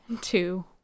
two